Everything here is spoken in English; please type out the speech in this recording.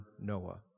Noah